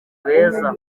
beza